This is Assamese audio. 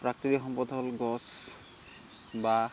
প্ৰাকৃতিক সম্পদ হ'ল গছ বা